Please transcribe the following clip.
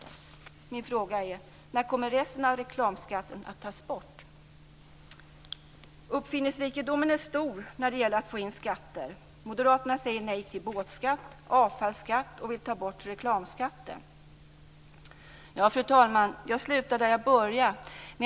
Min fråga är: När kommer resten av reklamskatten att tas bort? Uppfinningsrikedomen är stor när det gäller att få in skatter. Moderaterna säger nej till båtskatt, avfallsskatt och vill ta bort reklamskatten. Fru talman! Jag slutar där jag började.